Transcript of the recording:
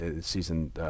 season